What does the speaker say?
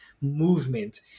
movement